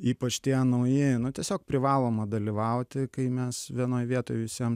ypač tie naujieji nu tiesiog privaloma dalyvauti kai mes vienoj vietoj visiem